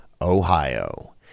Ohio